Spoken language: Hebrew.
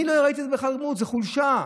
אני לא ראיתי בכלל ריבונות, זו חולשה,